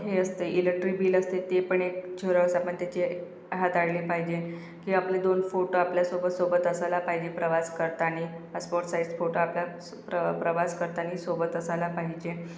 हे असते electric bill असते ते पण एक झेरॉस आपण त्याची हाताळली पायजे की आपले दोन फोटो आपल्या सोबत सोबत असायला पाहिजे प्रवास करताना पासपोर्ट साईझ फोटो आपल्या रं प्रवास करताना सोबत असायला पाहिजे